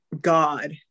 God